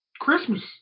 Christmas